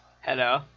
Hello